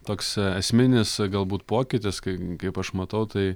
toks esminis galbūt pokytis kai kaip aš matau tai